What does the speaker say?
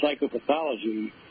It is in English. psychopathology